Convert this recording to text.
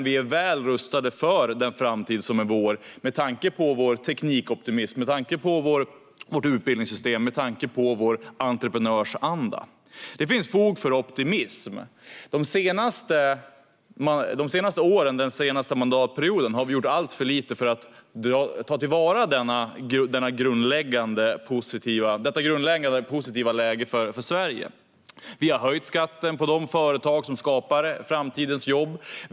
Vi är väl rustade för den framtid som är vår med tanke på vår teknikoptimism, vårt utbildningssystem och vår entreprenörsanda. Det finns fog för optimism. Den senaste mandatperioden har vi gjort alltför lite för att ta till vara detta grundläggande positiva läge för Sverige. Vi har höjt skatten för de företag som skapar framtidens jobb.